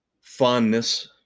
fondness